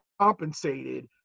compensated